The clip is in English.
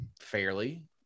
fairly